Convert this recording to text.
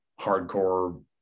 hardcore